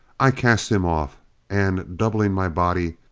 i cast him off and, doubling my body,